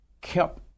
kept